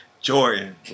Jordan